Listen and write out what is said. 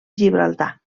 gibraltar